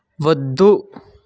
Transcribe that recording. వద్దు